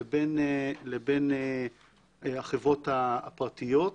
לבין החברות הפרטיות.